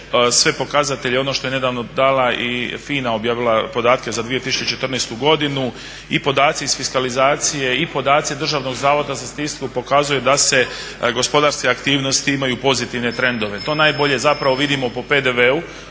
sve pokazatelje ono što je nedavno dala i FINA objavila podatke za 2014.godinu i podaci iz fiskalizacije i podaci DZS-a pokazuje da se gospodarske aktivnosti imaju pozitivne trendove. To najbolje vidimo po PDV-u